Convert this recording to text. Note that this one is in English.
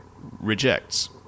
rejects